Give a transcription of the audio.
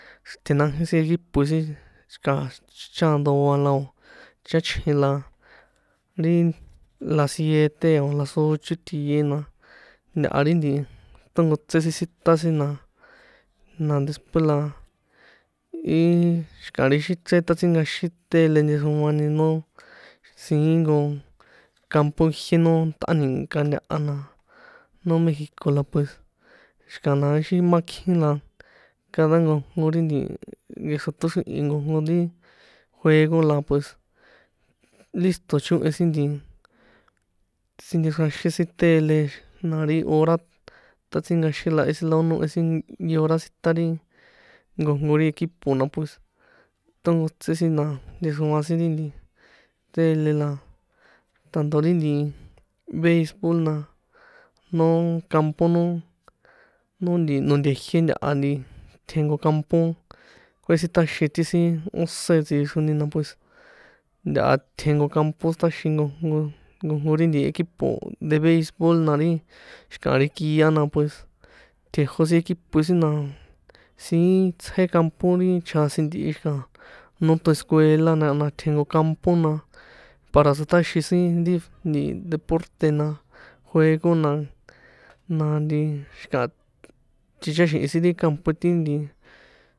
Xritjenájin sin equipoe sin xi̱ka̱ chaandoa la o̱ cháchjin, la ri la siete o̱ la socho tie, na ntaha ri nti tonkotse sin siṭan sin na después la ii xi̱ka̱ ri xi chren ṭatsinkaxin tele nchexroani no siín nko campo jié no tꞌáni̱ka ntaha na, no mexico, la pues xi̱kana ixí má kjín na cada nkojnko ri nti nkexro ṭóxrihin nkojnko ri juego la pues lísto̱ chohen sin nti sinchexroanxin sin tele, na ri hora ṭatsínkaxin la jehe sin la ó nohe sin nkeora sitan ri nkojnko ri equipo, na pues tonkotse sin na nchexroan sin ri nti tele la tanto ri nti beisbol na, no campo no, no nti nonte jié ntaha nti tjen nko campo kuesiṭaxin ti sin óse tsixroni, la pues ntaha tjen nko campo siṭaxin nkojnko, nkojnko ri nti equipo de beisbol, la ri xi̱ka̱ ri kia na pues tjejo sin equipoe sin, na siín tsje campo ri chasin ntihi xi̱ka̱ noton escuela na tjen nko campo, na para siṭaxin sin ri nti deporte, na juego na, na nti xi̱ka̱ ticháxi̱hin sin ri campoe ti nti.